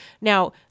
Now